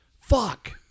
Fuck